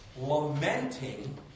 lamenting